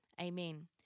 Amen